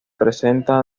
presenta